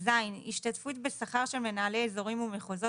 השתתפות בשכר של מנהלי אזורים ומחוזות